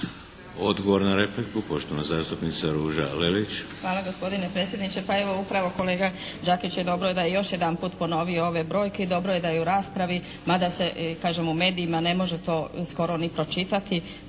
Odgovor na repliku poštovana zastupnica Ruža Lelić. **Lelić, Ruža (HDZ)** Hvala gospodine predsjedniče. Pa evo, upravo kolega Đakić dobro da je još jedanput ponovio ove brojke i dobro je da je u raspravi mada se kažem u medijima ne može to skoro ni pročitati,